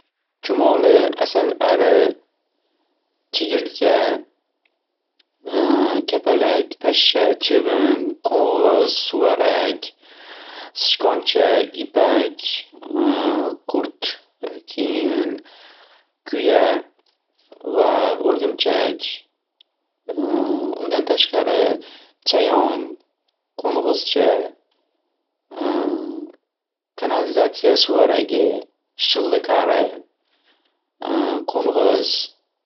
Chumoli, asalari, chigirtka, kapalak, pashsha, chivin, qo'ng'iz, suvarak, sichqoncha, ipak, qurt, kuya va o'rgumchak, undan tashqari chayon, qo'ng'izcha, kanalizatsiya suvaragi, shillik ari, qo'ng'iz.